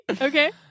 okay